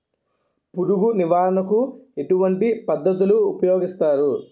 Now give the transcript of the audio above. పురుగు నివారణ కు ఎటువంటి పద్ధతులు ఊపయోగిస్తారు?